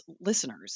listeners